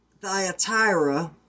Thyatira